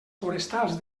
forestals